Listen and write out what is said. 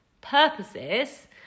purposes